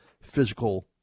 physical